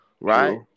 right